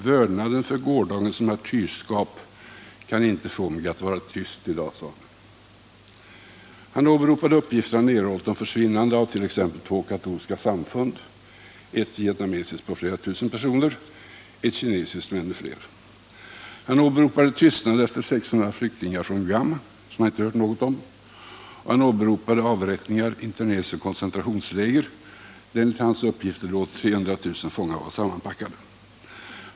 Vördnaden för gårdagens martyrskap kan inte få mig att vara tyst i dag, sade han. Han åberopade uppgifter han erhållit om försvinnande av t.ex. två katolska samfund, ett vietnamesiskt på flera tusen personer och ett kinesiskt med ännu fler. Han åberopade tystnaden efter 1 600 flyktingar från Guam, som han inte hört någonting om, och han åberopade avrättningar i interneringsoch koncentrationsläger, där enligt hans uppgifter 300 000 fångar var sammanpackade.